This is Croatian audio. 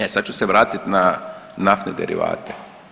E sad ću se vratit na naftne derivate.